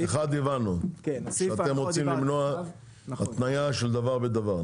אחד הבנו, אתם רוצים למנוע התניה של דבר בדבר.